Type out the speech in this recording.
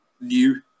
new